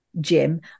Jim